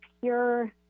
pure